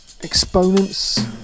exponents